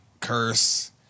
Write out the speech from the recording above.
curse